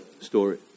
story